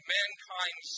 mankind